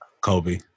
Kobe